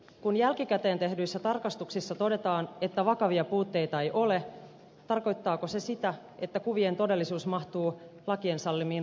kun jälkikäteen tehdyissä tarkastuksissa todetaan että vakavia puutteita ei ole tarkoittaako se sitä että kuvien todellisuus mahtuu lakien sallimiin rajoihin